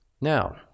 now